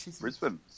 Brisbane